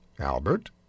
Albert